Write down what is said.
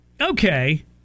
Okay